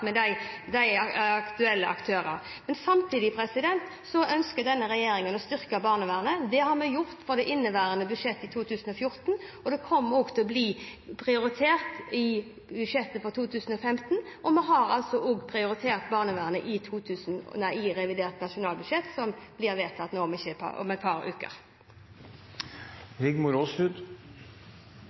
med de aktuelle aktørene. Samtidig ønsker denne regjeringen å styrke barnevernet. Det har vi gjort på budsjettet for 2014, og det kommer også til å bli prioritert i budsjettet for 2015. Vi har også prioritert barnevernet i revidert nasjonalbudsjett, som blir vedtatt om et par uker.